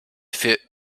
für